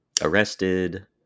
arrested